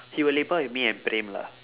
he will lepak with me and praem lah